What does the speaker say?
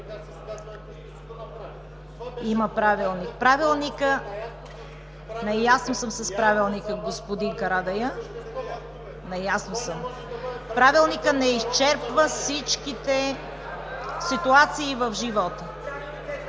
Има Правилник! Наясно съм с Правилника, господин Карадайъ. Наясно съм! Правилникът не изчерпва всичките ситуации в живота.